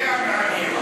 זה המעניין.